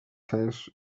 tenth